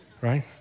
right